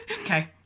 okay